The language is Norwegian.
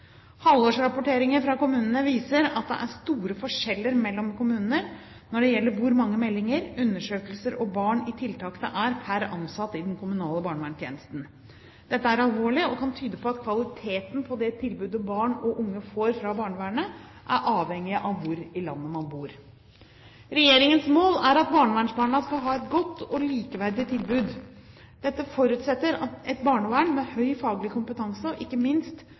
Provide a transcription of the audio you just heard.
Halvårsrapporteringer fra kommunene viser at det er store forskjeller mellom kommuner når det gjelder hvor mange meldinger, undersøkelser og barn i tiltak det er per ansatt i den kommunale barnevernstjenesten. Dette er alvorlig og kan tyde på at kvaliteten på det tilbudet barn og unge får fra barnevernet, er avhengig av hvor i landet man bor. Regjeringens mål er at barnevernsbarna skal ha et godt og likeverdig tilbud. Dette forutsetter et barnevern med høy faglig kompetanse, og ikke minst